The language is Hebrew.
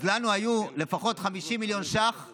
אז לנו היו לפחות 50 מיליון שקלים